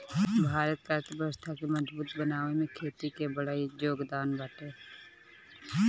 भारत के अर्थव्यवस्था के मजबूत बनावे में खेती के बड़ जोगदान बाटे